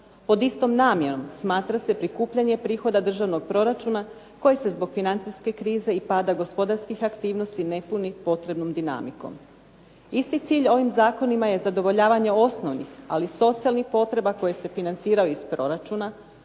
Pod istom namjenom smatra se prikupljanje prihoda državnog proračuna koji se zbog financijske krize i pad gospodarskih aktivnosti ne puni potrebnom dinamikom. Isti cilj ovim zakonima je zadovoljavanje osnovnih ali i socijalnih potreba koje se financiraju iz proračuna,